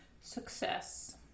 Success